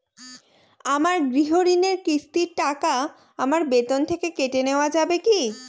আমার গৃহঋণের কিস্তির টাকা আমার বেতন থেকে কেটে নেওয়া যাবে কি?